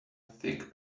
thick